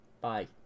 bye